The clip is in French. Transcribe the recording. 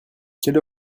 quelle